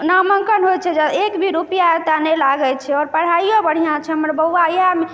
नामाङ्कन होइत छै एक भी रुपआ एतय नहि लागैत छै आओर पढ़ाइयो बढ़िआँ छै हमर बौआ इएहमे